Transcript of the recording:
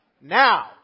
Now